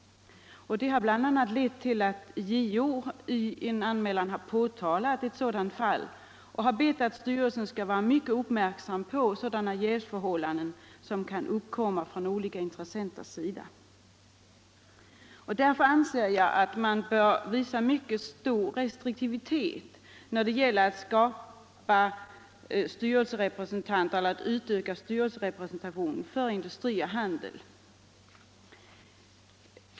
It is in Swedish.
Det har bl.a. lett till att JO i en anmälan påtalat ett sådant fall och bett att styrelsen skall vara mycket uppmärksam på sådana jävsförhållanden som kan uppkomma från olika intressenters sida. Därför anser jag att man bör visa mycket stor restriktivitet när det gäller att utöka styrelserepresentationen för industri och handel.